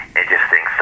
interesting